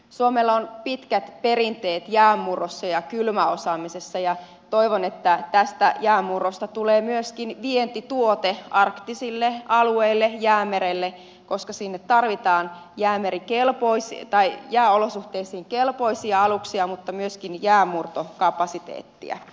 suomella on pitkät perinteet jäänmurrossa ja kylmäosaamisessa ja toivon että jäänmurrosta tulee myöskin vientituote arktisille alueille jäämerelle koska sinne tarvitaan jääolosuhteisiin kelpoisia aluksia mutta myöskin jäänmurtokapasiteettia